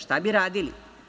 Šta bi radili?